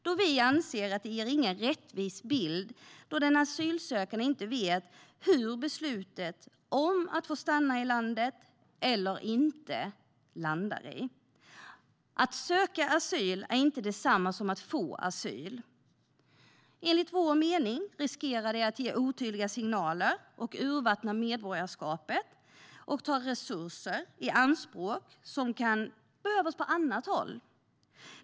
Vi anser nämligen att det inte ger någon rättvis bild, eftersom den asylsökande inte vet vad beslutet om att få stanna i landet eller inte kommer att landa i. Att söka asyl är inte detsamma som att få asyl. Enligt vår mening riskerar det att ge otydliga signaler, urvattna medborgarskapet och ta resurser i anspråk som kan behövas på annat håll.